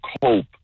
cope